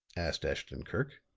asked ashton-kirk.